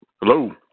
Hello